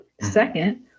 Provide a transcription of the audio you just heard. Second